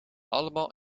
allemaal